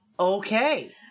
Okay